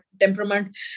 temperament